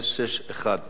הצעות לסדר-היום מס' 7061,